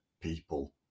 people